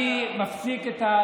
אני נשמע לך ואני מפסיק את הנאום,